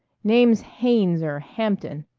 name's haines or hampton.